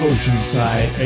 Oceanside